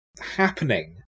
happening